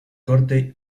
corte